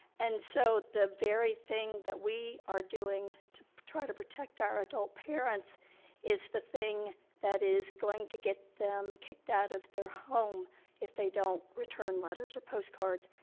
and so, the very thing that we are doing to try to protect our adult parents is the thing that is going to get them kicked out of their home if they don't return letters or postcards.